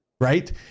Right